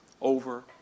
over